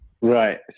Right